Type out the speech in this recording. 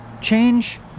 change